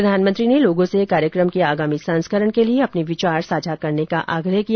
प्रधानमंत्री ने लोगों से कार्यक्रम के आगामी संस्करण के लिए अपने विचार साझा करने का भी आग्रह किया